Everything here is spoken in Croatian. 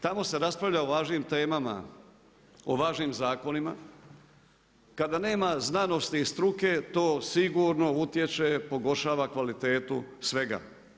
Tamo se raspravlja o važnim temama, o važnim zakonima kada nema znanosti i struke to sigurno utječe, pogoršava kvalitetu svega.